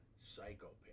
psychopath